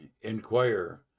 inquire